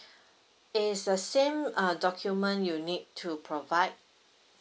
is the same uh document you need to provide